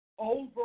Over